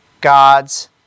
God's